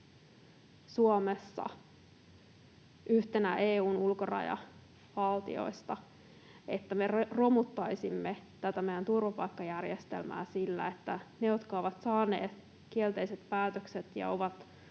Suomessa yhtenä EU:n ulkorajavaltioista, että me romuttaisimme tätä meidän turvapaikkajärjestelmää sillä, että yhtäkkiä nyt todettaisiin, että niille, jotka ovat saaneet kielteiset päätökset ja ovat